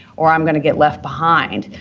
or i'm going to get left behind.